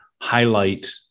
highlight